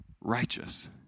righteous